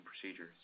procedures